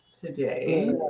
today